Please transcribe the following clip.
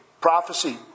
prophecy